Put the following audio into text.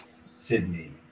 Sydney